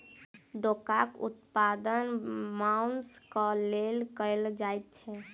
डोकाक उत्पादन मौंस क लेल कयल जाइत छै